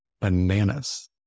bananas